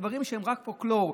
בדברים שהם רק פולקלור,